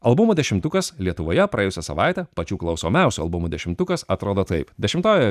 albumo dešimtukas lietuvoje praėjusią savaitę pačių klausiomiausių albumų dešimtukas atrodo taip dešimtoje